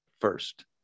first